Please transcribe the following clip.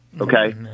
okay